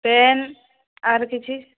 pain ଆର କିଛି